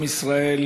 עם ישראל